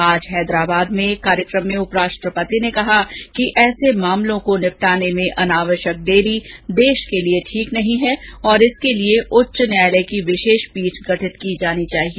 आज हैदराबाद में एक कार्यक्रम में उपराष्ट्रपति ने कहा कि ऐसे मामलों को निपटाने में अनावश्यक देरी देश के लिए ठीक नहीं है और इसके लिए उच्च न्यायालय की विशेष पीठ गठित की जानी चाहिए